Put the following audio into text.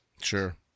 Sure